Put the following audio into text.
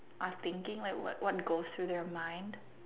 are thinking like what what goes through their mind